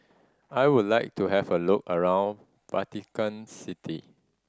I would like to have a look around Vatican City